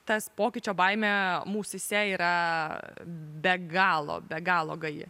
tas pokyčio baimė mūsyse yra be galo be galo gaji